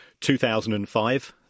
2005